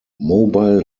mobile